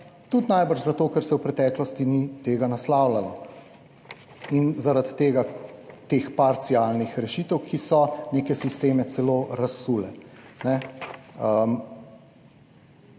tudi najbrž zato, ker se v preteklosti ni tega naslavljalo in zaradi tega teh parcialnih rešitev, ki so neke sisteme celo razsule.